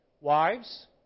Wives